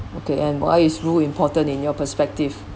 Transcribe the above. okay and why is rule important in your perspective